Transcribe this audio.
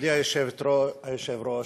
מכובדי היושב-ראש,